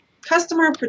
customer